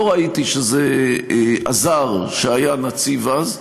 לא ראיתי שזה עזר שהיה נציב אז.